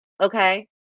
okay